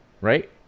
right